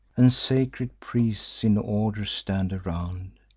and sacred priests in order stand around,